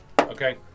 Okay